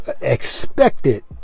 expected